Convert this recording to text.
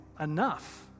enough